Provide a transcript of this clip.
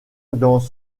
dans